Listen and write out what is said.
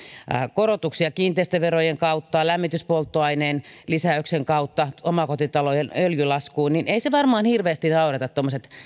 korotuksia kiinteistöverojen kautta lämmityspolttoaineen lisäyksen kautta omakotitalojen öljylaskuun niin eivät varmaan hirveästi naurata tuommoiset